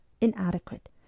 inadequate